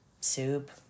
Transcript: soup